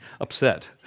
upset